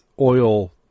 oil